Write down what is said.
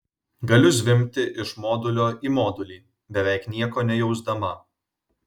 galiu zvimbti iš modulio į modulį beveik nieko nejusdama